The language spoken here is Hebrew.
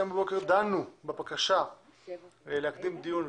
היום בבוקר דנו בבקשה להקדים דיון,